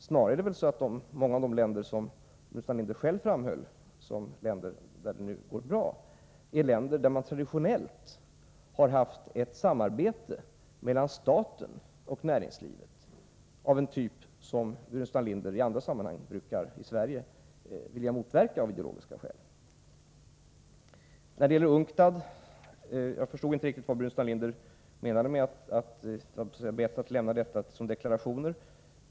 Snarare har man i många av de länder där det, som Burenstam Linder själv framhöll, går bra, traditionellt haft ett samarbete mellan staten och näringslivet av en typ som Burenstam Linder, i andra sammanhang, brukar i Sverige vilja motverka av ideologiska skäl. När det gäller UNCTAD förstod jag inte riktigt vad Burenstam Linder menade med sitt tal om deklarationer.